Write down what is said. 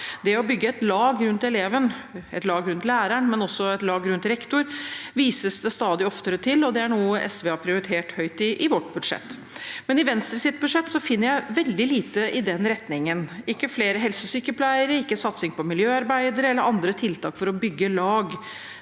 Det å bygge et lag rundt eleven, et lag rundt læreren, og også et lag rundt rektor, vises det stadig oftere til, og det er noe SV har prioritert høyt i vårt alternative budsjett. I Venstres budsjett finner jeg veldig lite i den retningen – ikke flere helsesykepleiere, ikke satsing på miljøarbeidere eller andre tiltak for å bygge lag.